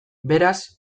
beraz